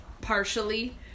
partially